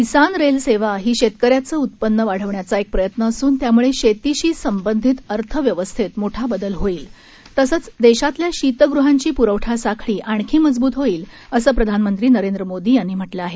किसान rail सेवा ही शेतकऱ्यांचं उत्पन्न वाढवण्याचा एक प्रयत्न असून त्यामुळे शेतीशी संबंधित अर्थव्यवस्थेत मोठा बदल येईल तसंच देशातल्या शीतगृहांची पुरवठा साखळी आणखी मजबूत होईल असं प्रधानमंत्री नरेंद्र मोदी यांनी म्हटलं आहे